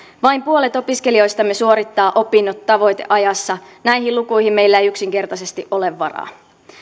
vain puolet opiskelijoistamme suorittaa opinnot tavoiteajassa näihin lukuihin meillä ei yksinkertaisesti ole varaa